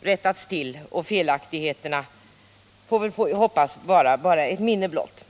tag, rättats till, och felaktigheterna är — får vi hoppas — ett minne blott.